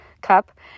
cup